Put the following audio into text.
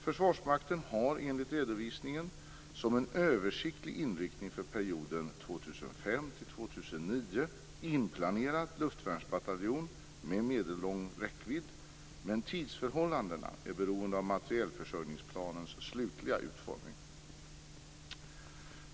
Försvarsmakten har enligt redovisningen som en översiktlig inriktning för perioden 2005-2009 inplanerat luftvärnsbataljon med medellång räckvidd, men tidsförhållandena är beroende av materielförsörjningsplanens slutliga utformning.